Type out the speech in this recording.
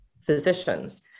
physicians